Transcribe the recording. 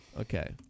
Okay